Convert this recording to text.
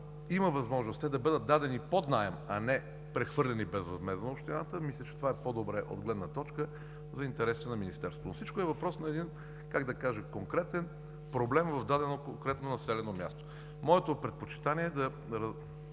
има възможност да бъдат дадени под наем, а не прехвърлени безвъзмездно на общината, мисля, че това е по-добре за интересите на Министерството. Всичко е въпрос на един, как да кажа, конкретен проблем в дадено, конкретно населено място. Моето предпочитание е да